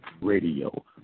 radio